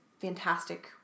fantastic